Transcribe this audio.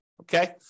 okay